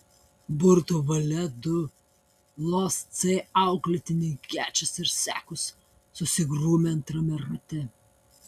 burtų valia du losc auklėtiniai gečas ir sekus susigrūmė antrame rate